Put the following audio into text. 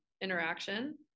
interaction